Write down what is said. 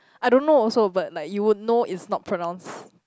I don't know also but like you will know is not pronounce